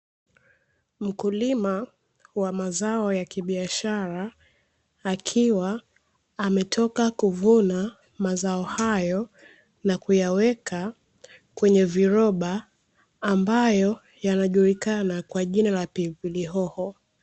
Mkulima wa mazao ya kibiashara, akiwa ametoka kuvuna mazao hayo na kuyaweka kwenye viroba, ambayo yanajulikana kwa jina la pilipili hoho.